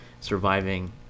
surviving